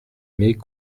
mets